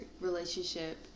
relationship